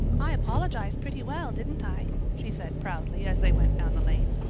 i apologized pretty well, didn't i? she said proudly as they went down the lane.